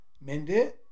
Mende